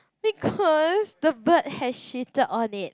because the bird has shitted on it